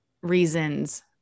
reasons